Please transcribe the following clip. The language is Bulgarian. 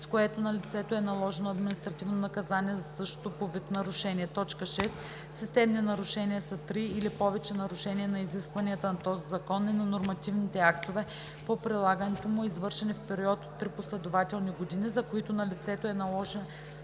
с което на лицето е наложено административно наказание за същото по вид нарушение. 6. „Системни нарушения“ са три или повече нарушения на изискванията на този закон и на нормативните актове по прилагането му, извършени в период от три последователни години, за които на лицето са наложени